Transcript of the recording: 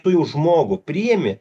tu jau žmogų priimi